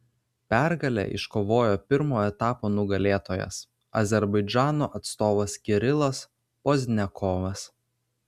pergalę iškovojo pirmo etapo nugalėtojas azerbaidžano atstovas kirilas pozdniakovas